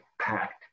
packed